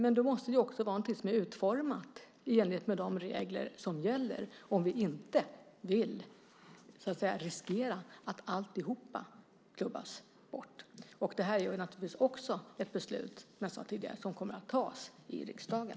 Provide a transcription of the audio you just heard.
Men då måste det vara utformat i enlighet med de regler som gäller - om vi nu inte vill riskera att alltihop så att säga klubbas bort. Som jag tidigare sagt kommer beslut naturligtvis att fattas i riksdagen.